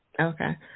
Okay